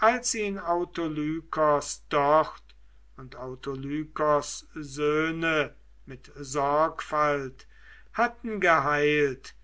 als ihn autolykos dort und autolykos söhne mit sorgfalt hatten geheilt